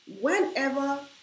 whenever